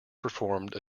performed